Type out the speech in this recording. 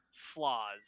flaws